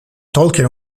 tolkien